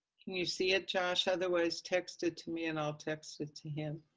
can you see it, josh? otherwise text it to me and i'll text it to him.